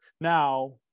Now